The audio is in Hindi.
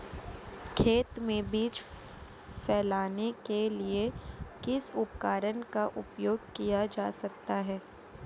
खेत में बीज फैलाने के लिए किस उपकरण का उपयोग किया जा सकता है?